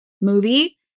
movie